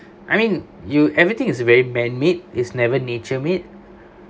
I mean you everything is very man-made it's never nature made